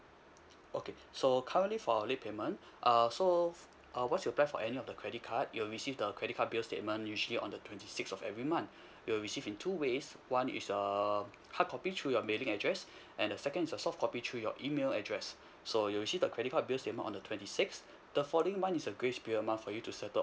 okay so currently for our late payment uh so uh once you apply for any of the credit card you will receive the credit card bill statement usually on the twenty sixth of every month you will receive in two ways one is um hardcopy through your mailing address and the second is a softcopy through your email address so you will receive the credit card bill statement on the twenty sixth the following month is a grace period month for you to settle